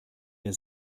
der